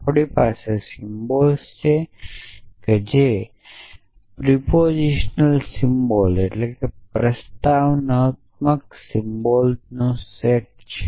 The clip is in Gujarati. આપણી પાસે સિમ્બલ્સ છે જે પ્રસ્તાવનાત્મક સિમ્બલ્સ નો સેટ છે